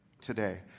today